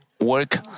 work